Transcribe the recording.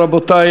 רבותי,